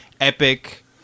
epic